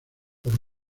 por